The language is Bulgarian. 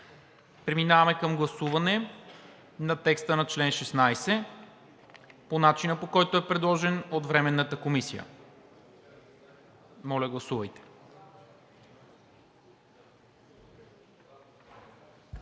преминем към гласуване на текста на чл. 21 по начина, по който е предложен от Временната комисия. Гласували